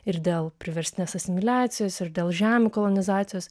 ir dėl priverstinės asimiliacijos ir dėl žemių kolonizacijos